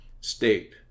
state